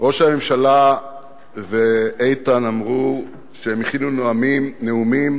ראש הממשלה ואיתן אמרו שהם הכינו נאומים